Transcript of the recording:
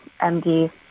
MD